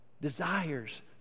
desires